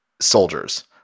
soldiers